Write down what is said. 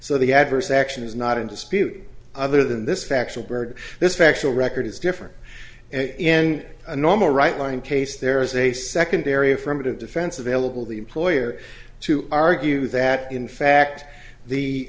so the adverse action is not in dispute other than this factual burd this factual record is different in a normal right line in case there is a secondary affirmative defense available the employer to argue that in fact the